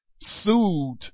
sued